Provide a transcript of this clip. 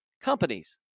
companies